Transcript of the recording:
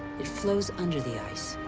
it flows under the ice,